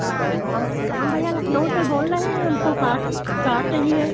हम हम भैया लखनऊ से बोल रहे हैं हमको कार कार चाहिए